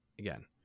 again